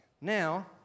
Now